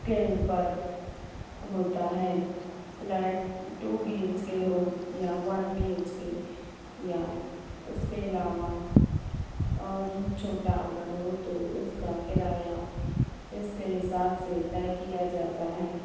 کے اوپر ہوتا ہے flat two B H K ہو یا ون بی ایچ کے یا اس کے علاوہ اور چھوٹا گھر ہو تو اس کا کرایہ اس کے حساب سے طے کیا جاتا ہے